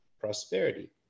prosperity